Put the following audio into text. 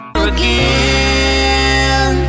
again